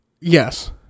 Yes